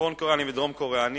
צפון-קוריאני ודרום-קוריאני.